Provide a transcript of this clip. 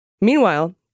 Meanwhile